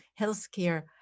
healthcare